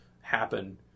happen